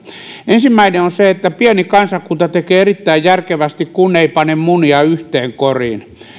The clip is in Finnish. ensimmäinen on se että pieni kansakunta tekee erittäin järkevästi kun ei pane munia yhteen koriin